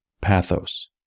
pathos